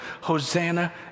hosanna